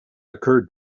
occurred